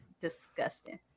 disgusting